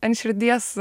ant širdies